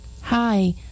Hi